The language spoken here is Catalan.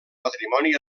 patrimoni